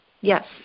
Yes